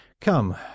come